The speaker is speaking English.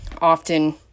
often